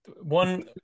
One